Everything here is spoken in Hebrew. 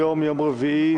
היום יום רביעי,